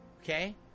okay